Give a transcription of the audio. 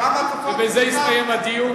ובזה יסתיים הדיון,